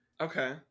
okay